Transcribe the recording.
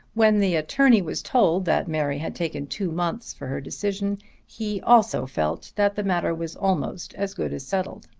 when the attorney was told that mary had taken two months for her decision he also felt that the matter was almost as good as settled.